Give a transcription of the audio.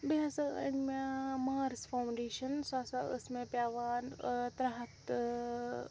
بیٚیہِ ہَسا أنۍ مےٚ مارٕس فانٛوڈیشَن سۄ ہَسا ٲس مےٚ پیٚوان ٲں ترٛےٚ ہَتھ تہٕ ٲں